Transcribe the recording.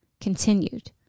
continued